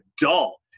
adult